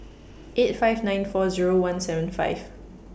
eight five nine four Zero one seven five